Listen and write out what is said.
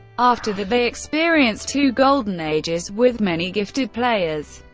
after that, they experienced two golden ages with many gifted players.